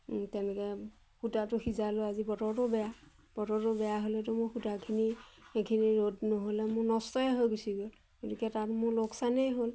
তেনেকৈ সূতাটো সিজালোঁ আজি বতৰটো বেয়া বতৰটো বেয়া হ'লেতো মোৰ সূতাখিনি এইখিনি ৰ'দ নহ'লে মোৰ নষ্টয়ে হৈ গুচি গ'ল গতিকে তাত মোৰ লোকচানেই হ'ল